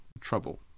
trouble